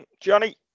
Johnny